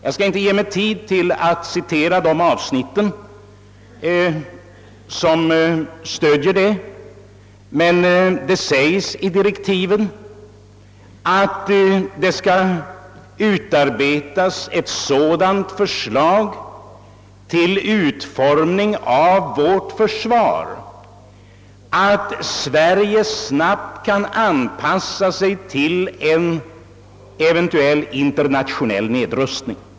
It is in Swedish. Jag skall inte uppta tiden med att citera de avsnitt som stöder denna min åsikt, men det sägs bl.a. i direktiven att det skall utarbetas ett sådant förslag till utformning av vårt försvar, att Sverige snabbt kan anpassa sig till en eventuell internationell nedrustning.